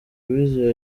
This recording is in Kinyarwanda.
uwizeye